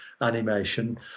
animation